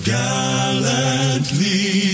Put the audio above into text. gallantly